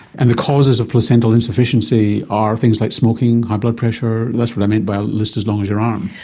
and the causes of placental insufficiency are things like smoking, high blood pressure, that's what i meant by a list as long as your arm.